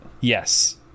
yes